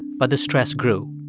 but the stress grew.